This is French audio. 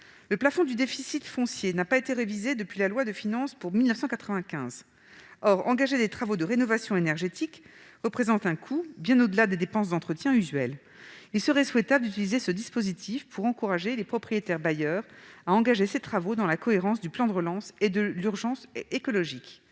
Le plafond du déficit foncier n'a pas été révisé depuis la loi de finances pour 1995. Or engager des travaux de rénovation énergétique représente un coût bien supérieur aux dépenses d'entretien usuelles. Il serait donc souhaitable d'utiliser ce dispositif pour encourager les propriétaires bailleurs à entreprendre des travaux, en cohérence avec le plan de relance et l'urgence écologique.